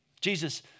Jesus